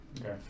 Okay